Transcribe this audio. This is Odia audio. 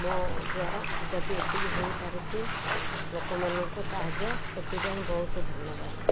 ମୋ ଦ୍ୱାରା ଯଦି ଏତିକି ହେଇପାରୁଛି ଲୋକମାନଙ୍କୁ ସାହାଯ୍ୟ ସେଥିପାଇଁ ବହୁତ ଧନ୍ୟବାଦ